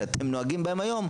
שאתם נוהגים בהם היום,